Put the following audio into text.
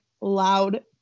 loud